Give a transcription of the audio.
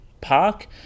park